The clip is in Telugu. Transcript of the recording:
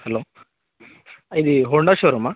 హలో ఇది హోండా షోరూమా